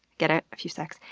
get it, a few sex?